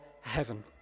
heaven